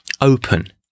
open